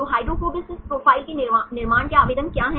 तो हाइड्रोफोबिसिस प्रोफाइल के निर्माण के आवेदन क्या हैं